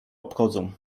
obchodzą